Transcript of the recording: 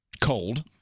cold